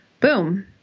boom